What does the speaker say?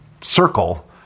circle